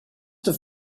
have